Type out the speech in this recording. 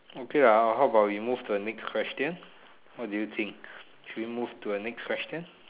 okay how how about we move to the next question what do you think shall we move to a next question